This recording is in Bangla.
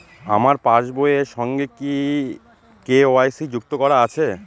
আমার পাসবই এর সঙ্গে কি কে.ওয়াই.সি যুক্ত করা আছে?